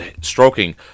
stroking